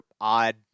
odd